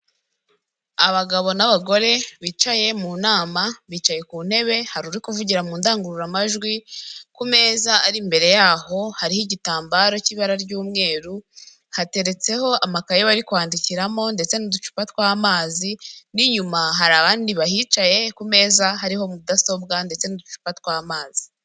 Abagabo n'abagore bicaye mu nama bicaye ku ntebe hari kuvugira mu ndangururamajwi ku meza ari imbere yaho hariho igitambaro cy'ibara ry'umweru hateretseho amakaye bari kwandikiramo ndetse n'uducupa tw'amazi n'inyuma hari abandi bahicaye ku meza hariho mudasobwa ndetse n'ducupa tw'amazi.